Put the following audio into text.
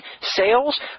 sales